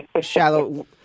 Shallow